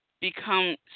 become